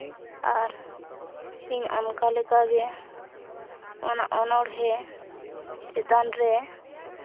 ᱟᱨ ᱤᱧ ᱚᱱᱠᱟ ᱞᱮᱠᱟᱜᱮ ᱚᱱᱟ ᱚᱱᱚᱲᱦᱮᱸ ᱪᱮᱛᱟᱱ ᱨᱮ